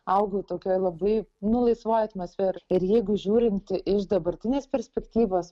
augau tokioj labai nu laisvoj atmosferoj ir jeigu žiūrint iš dabartinės perspektyvos